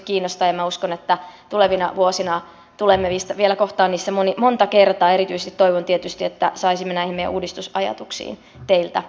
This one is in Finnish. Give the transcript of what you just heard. minä uskon että tulevina vuosina tulemme niitä vielä kohtaamaan monta kertaa ja erityisesti toivon tietysti että saisimme näihin meidän uudistusajatuksiimme teiltä uutta virtaa